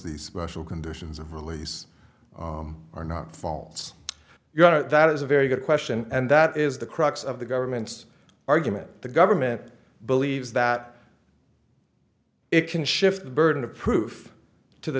these special conditions of release are not false your honor that is a very good question and that is the crux of the government's argument the government believes that it can shift the burden of proof to the